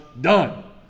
done